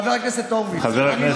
חבר הכנסת הורוביץ,